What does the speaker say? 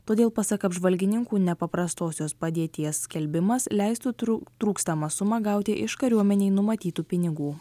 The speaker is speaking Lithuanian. todėl pasak apžvalgininkų nepaprastosios padėties skelbimas leistų tru trūkstamą sumą gauti iš kariuomenei numatytų pinigų